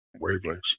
wavelengths